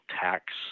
tax